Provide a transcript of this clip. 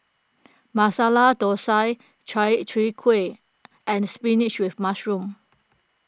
Masala Thosai Chai Kuih and Spinach with Mushroom